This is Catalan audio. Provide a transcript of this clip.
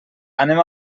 anem